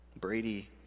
Brady